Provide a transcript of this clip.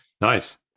Nice